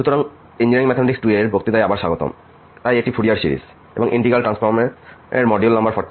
সুতরাং engineering mathematics 2 এর বক্তৃতায় আবার স্বাগতম তাই এটি ফুরিয়ার সিরিজ এবং ইন্টিগ্রাল ট্রান্সফর্মের মডিউল নম্বর 4